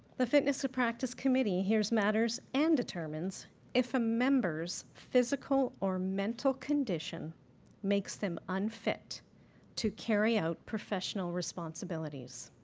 the fitness to practise committee hears matters and determines if a member's physical or mental condition makes them unfit to carry out professional responsibilities,